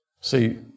See